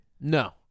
No